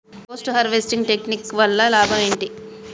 Post harvesting technique వల్ల లాభం ఏంటి?